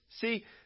See